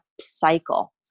cycle